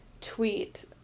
tweet